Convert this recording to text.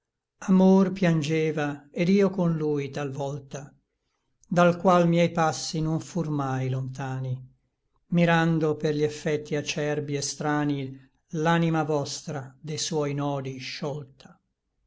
amor piangeva et io con lui talvolta dal qual miei passi non fur mai lontani mirando per gli effecti acerbi et strani l'anima vostra dei suoi nodi sciolta